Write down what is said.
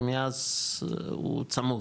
ומאז הוא צמוד.